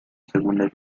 segunda